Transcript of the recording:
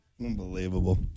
Unbelievable